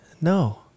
no